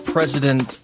President